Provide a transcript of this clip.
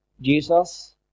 Jesus